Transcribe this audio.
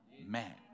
man